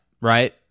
right